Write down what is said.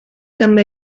també